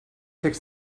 fix